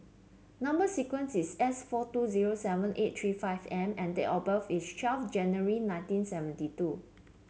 number sequence is S four two zero seven eight three five M and date of birth is twelve January nineteen seventy two